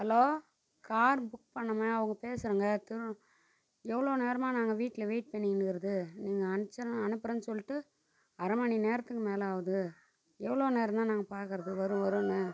hello car book பண்ணிணோமே அவங்க பேசுகிறேங்க திரு எவ்வளோ நேரமாக நாங்கள் வீட்டில் வெயிட் பண்ணிக்கின்னு இருக்கிறது நீங்கள் அனுப்பிச்சிட்றேன் அனுப்புகிறேன் சொல்லிட்டு அரை மணி நேரத்துக்கு மேலே ஆகுது எவ்வளோ நேரம்தான் நாங்கள் பார்க்கறது வரும் வருன்னு